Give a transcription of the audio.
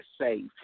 safe